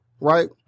right